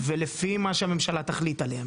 ולפי מה שהממשלה תחליט עליהם,